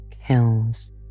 hills